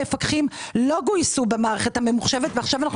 המפקחים לא גויסו במערכת הממוחשבת ועכשיו אנחנו